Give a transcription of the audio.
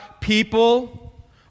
people